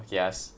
give us